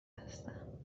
هستم